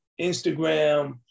Instagram